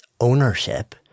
ownership